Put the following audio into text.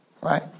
right